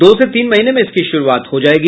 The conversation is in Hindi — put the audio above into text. दो से तीन महीने में इसकी शुरुआत हो जायेगी